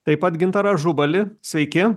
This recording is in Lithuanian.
taip pat gintarą ažubalį sveiki